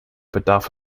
bedarf